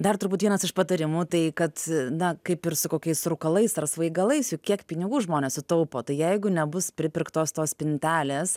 dar turbūt vienas iš patarimų tai kad na ir kaip ir su kokiais rūkalais ar svaigalais juk kiek pinigų žmonės sutaupo tai jeigu nebus pripirktos tos spintelės